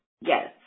Yes